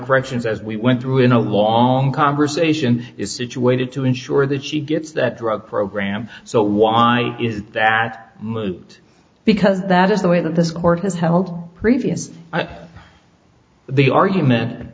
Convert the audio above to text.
corrections as we went through in a long conversation is situated to ensure that she gets that drug program so why is that moot because that is the way that this court has held previous the argument